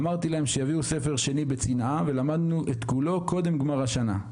לכן אמרתי להם שיביאו ספר שני ולמדנו את כולו קודם גמר השנה.